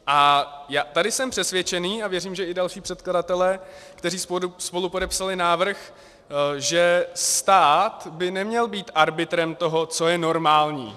A tady jsem přesvědčený, a věřím, že i další předkladatelé, kteří spolupodepsali návrh, že stát by neměl být arbitrem toho, co je normální.